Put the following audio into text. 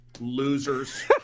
Losers